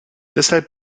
deshalb